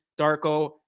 Darko